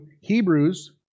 Hebrews